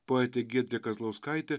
poetė giedrė kazlauskaitė